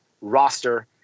roster